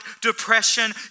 depression